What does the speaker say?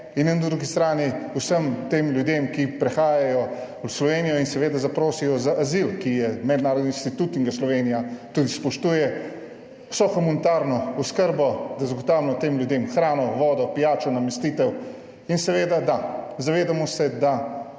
in na drugi strani vsem tem ljudem, ki prihajajo v Slovenijo in seveda zaprosijo za azil, ki je mednarodni institut in ga Slovenija tudi spoštuje vso humanitarno oskrbo, da zagotavlja tem ljudem hrano, vodo, pijačo, namestitev. In seveda da, zavedamo se, da